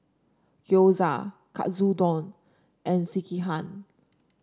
Gyoza Katsudon and Sekihan